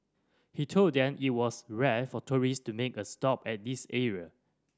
he told them it was rare for tourists to make a stop at this area